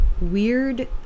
weird